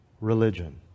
religion